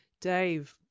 Dave